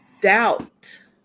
doubt